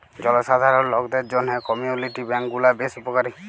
জলসাধারল লকদের জ্যনহে কমিউলিটি ব্যাংক গুলা বেশ উপকারী